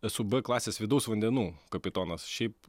esu b klasės vidaus vandenų kapitonas šiaip